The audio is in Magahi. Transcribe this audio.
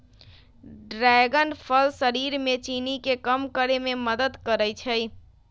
ड्रैगन फल शरीर में चीनी के कम करे में मदद करई छई